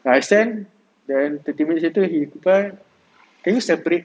ya I send then thirty minutes later he reply can you separate